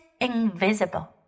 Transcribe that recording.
invisible